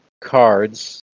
cards